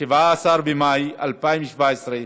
17 במאי 2017,